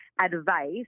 advice